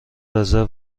رزرو